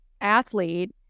athlete